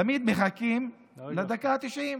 תמיד מחכים לדקה ה-90,